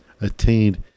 attained